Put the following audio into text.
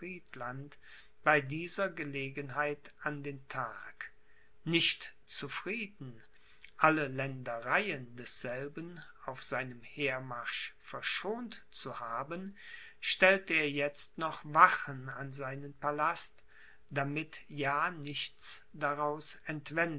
bei dieser gelegenheit an den tag nicht zufrieden alle ländereien desselben auf seinem hermarsch verschont zu haben stellte er jetzt noch wachen an seinen palast damit ja nichts daraus